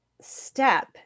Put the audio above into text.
step